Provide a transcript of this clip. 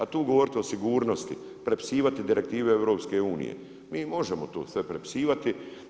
A tu govoriti o sigurnosti, prepisivati direktive EU, mi možemo tu sve prepisivati.